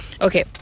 okay